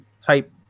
Type